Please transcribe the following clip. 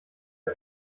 der